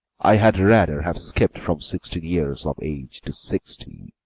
i had rather have skipp'd from sixteen years of age to sixty,